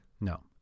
No